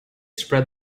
spread